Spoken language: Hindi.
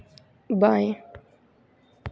बाएँ